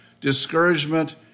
discouragement